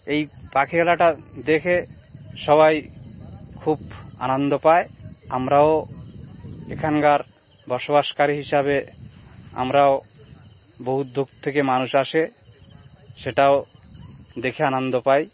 এই পাখিরালয়টা দেখে সবাই খুব আনন্দ পায় আমরাও এখানকার বসবাসকারী হিসাবে আমরাও বহু দূর থেকে মানুষ আসে সেটাও দেখে আনন্দ পাই